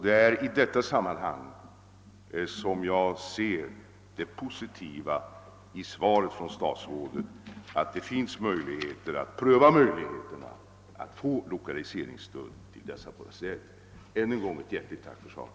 Det är i detta sammanhang jag ser något positivt i statsrådets svar eftersom det ger vid handen att det finns möjligheter att pröva förutsättningarna för lokaliseringsstöd till dessa städer. Jag tackar än en gång för svaret.